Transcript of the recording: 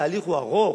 התהליך הוא ארוך,